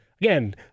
again